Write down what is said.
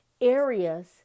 areas